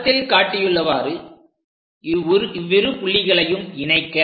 படத்தில் காட்டியுள்ளவாறு இவ்விரு புள்ளிகளையும் இணைக்க